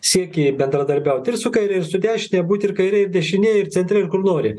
siekį bendradarbiauti ir su kaire ir su dešime būti ir kairė ir dešinė ir centre kur nori